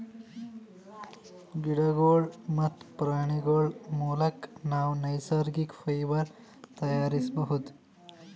ಗಿಡಗೋಳ್ ಮತ್ತ್ ಪ್ರಾಣಿಗೋಳ್ ಮುಲಕ್ ನಾವ್ ನೈಸರ್ಗಿಕ್ ಫೈಬರ್ ತಯಾರಿಸ್ಬಹುದ್